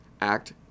act